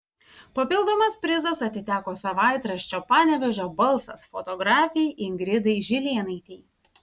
papildomas prizas atiteko savaitraščio panevėžio balsas fotografei ingridai žilėnaitei